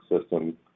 system